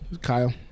Kyle